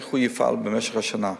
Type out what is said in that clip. איך הוא יפעל במשך השנה.